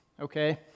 okay